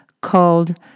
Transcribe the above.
called